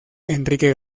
enrique